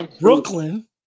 Brooklyn